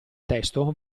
testo